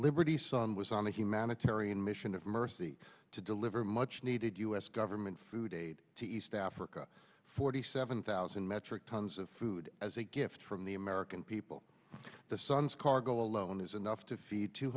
liberty sun was on the humanitarian mission of mercy to deliver much needed u s government food aid to east africa forty seven thousand metric tons of food as a gift from the american people the son's cargo alone is enough to feed two